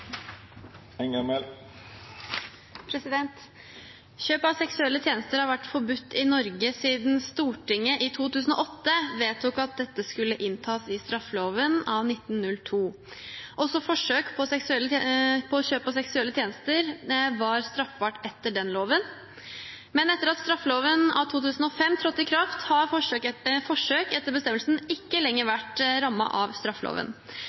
Kjøp av seksuelle tjenester har vært forbudt i Norge siden Stortinget i 2008 vedtok at dette skulle inntas i straffeloven av 1902. Også forsøk på kjøp av seksuelle tjenester var straffbart etter den loven, men etter at straffeloven av 2005 trådte i kraft, har forsøk – etter bestemmelsen – ikke lenger vært rammet av straffeloven.